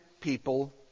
people